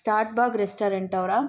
Starbucks ರೆಸ್ಟೋರೆಂಟವರಾ